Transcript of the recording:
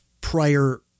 prior